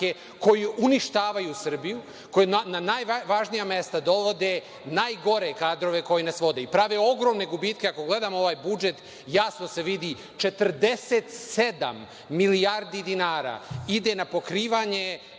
koje uništavaju Srbiju, koja na najvažnija mesta dovode najgore kadrove koje nas vode i prave ogromne gubitke. Ako gledamo ovaj budžet, jasno se vidi, 47 milijardi dinara ide na pokrivanje